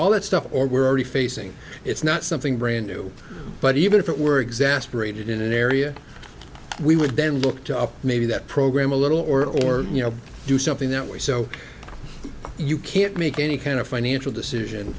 all that stuff or we're already facing it's not something brand new but even if it were exasperated in an area we would then looked up maybe that program a little or you know do something that were so you can't make any kind of financial decision